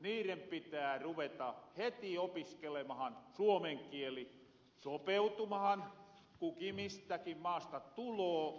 lasten pitää ruveta heti opiskelemahan suomen kieltä sopeutumahan kuka mistäkin maasta tuloo